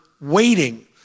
waiting